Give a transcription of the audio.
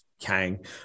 Kang